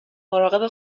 مراقب